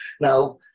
Now